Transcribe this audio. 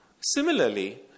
similarly